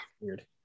Weird